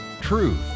Truth